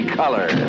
color